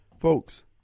Folks